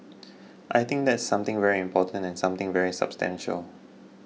I think that's something very important and something very substantial